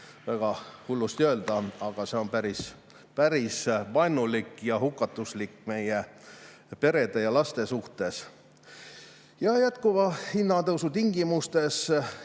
väga hullusti öelda, aga see on päris-päris vaenulik ja hukatuslik meie perede ja laste suhtes. Jätkuva hinnatõusu tingimustes